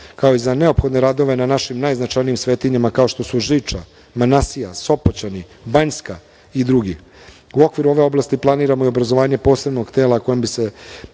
kao i za neophodne radone na našim najznačajnijim svetinjama, kao što su Žiča, Sopoćani, Banjska i drugi. U okviru ove oblasti planiramo i obrazovanje posebnog tela koje bi se